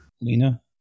Lena